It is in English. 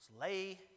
lay